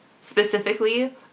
Specifically